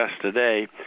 today